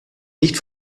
nicht